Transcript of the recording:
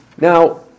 Now